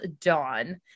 dawn